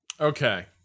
Okay